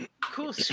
cool